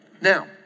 now